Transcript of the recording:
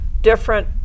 different